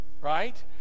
Right